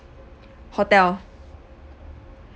hotel